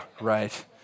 right